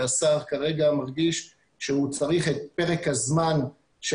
והשר כרגע מרגיש שהוא צריך את פרק הזמן של